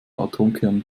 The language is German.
atomkerne